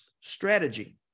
strategy